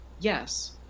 Yes